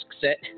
set